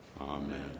Amen